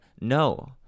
no